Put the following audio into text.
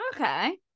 Okay